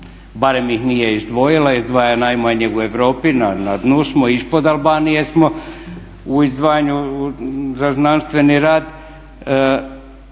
barem ih nije izdvojila, izdvaja najmanje u Europi, na dnu smo, ispod Albanije smo u izdvajanju za znanstveni rad.